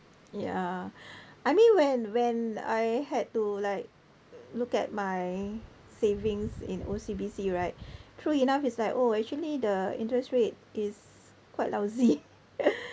ya I mean when when I had to like look at my savings in O_C_B_C right true enough it's like oh actually the interest rate is quite lousy